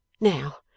Now—